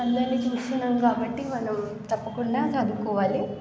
అందరిని చూస్తున్నాం కాబట్టి మనం తప్పకుండా చదువుకోవాలి